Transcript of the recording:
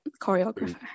choreographer